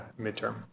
midterm